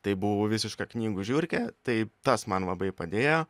tai buvau visiška knygų žiurkė tai tas man labai padėjo